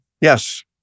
Yes